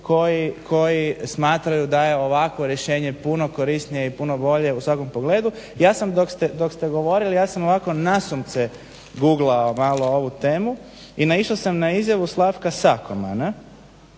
koji smatraju da je ovakvo rješenje puno korisnije i puno bolje u svakom pogledu. Ja sam, dok ste govorili ja sam ovako nasumce guglao malo ovu temu i naišao sam na izjavu Slavka Sakomana